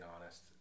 honest